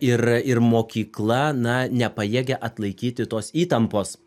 ir ir mokykla na nepajėgia atlaikyti tos įtampos